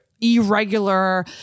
irregular